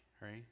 right